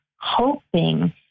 hoping